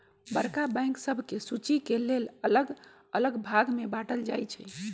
बड़का बैंक सभके सुचि के लेल अल्लग अल्लग भाग में बाटल जाइ छइ